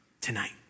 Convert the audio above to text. tonight